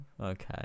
okay